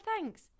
thanks